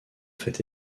fait